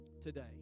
today